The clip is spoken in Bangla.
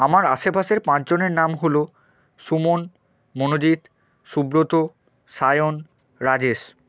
আমার আশেপাশের পাঁচ জনের নাম হল সুমন মনোজিৎ সুব্রত সায়ন রাজেশ